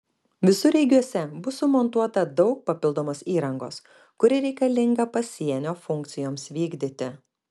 visureigiuose bus sumontuota daug papildomos įrangos kuri reikalinga pasienio funkcijoms vykdyti